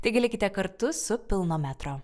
taigi likite kartu su pilno metro